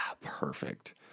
perfect